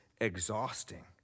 Exhausting